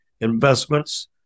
investments